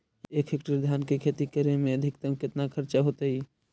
एक हेक्टेयर धान के खेती करे में अधिकतम केतना खर्चा होतइ?